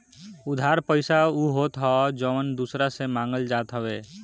उधार पईसा उ होत हअ जवन की दूसरा से मांगल जात हवे